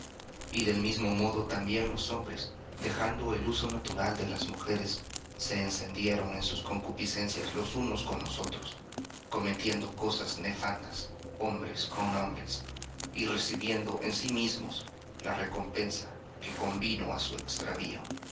y del mismo modo también los hombres dejando el uso natural de las mujeres se encendieron en sus concupiscencias los unos con los otros cometiendo cosas nefandas hombres con hombres y recibiendo en sí mismos la recompensa que convino á su extravío